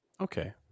Okay